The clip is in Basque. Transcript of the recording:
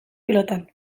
pilotan